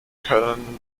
können